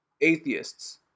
atheists